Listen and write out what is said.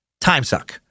timesuck